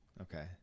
Okay